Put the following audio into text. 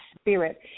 spirit